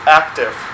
active